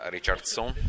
Richardson